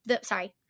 sorry